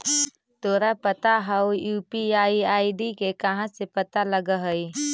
तोरा पता हउ, यू.पी.आई आई.डी के कहाँ से पता लगऽ हइ?